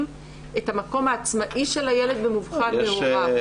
את המקום העצמאי של הילד במובחן מהוריו.